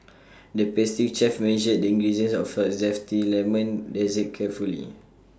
the pastry chef measured the ingredients of for A Zesty Lemon Dessert carefully